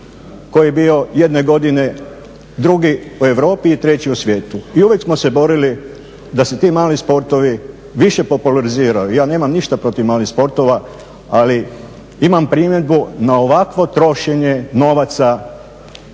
koji je bio jedne godine drugi u Europi i treći u svijetu. I uvijek smo se borili da se ti mali sportovi više populariziraju. Ja nemam ništa protiv malih sportova, ali imam primjedbu na ovakvo trošenje novaca